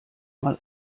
mal